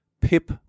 PIP